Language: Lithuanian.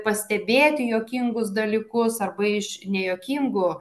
pastebėti juokingus dalykus arba iš nejuokingų